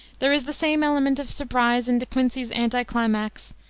there is the same element of surprise in de quincey's anticlimax,